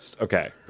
Okay